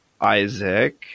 isaac